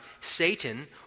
Satan